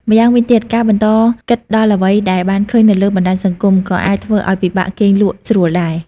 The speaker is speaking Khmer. ម្យ៉ាងវិញទៀត ការបន្តគិតដល់អ្វីដែលបានឃើញនៅលើបណ្ដាញសង្គម ក៏អាចធ្វើឱ្យពិបាកគេងលក់ស្រួលដែរ។